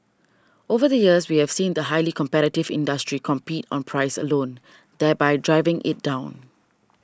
over the years we have seen the highly competitive industry compete on price alone thereby driving it down